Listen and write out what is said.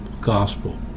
gospel